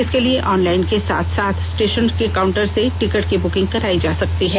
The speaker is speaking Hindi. इसके लिए ऑनलाइन के साथ साथ स्टेशन के काउंटर से टिकट की बुकिंग कराई जा सकती है